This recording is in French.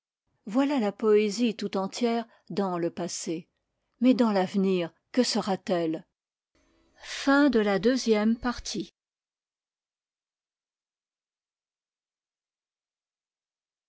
voilà la poésie tout entière dans le passé mais dans l'avenir que sera-t-elle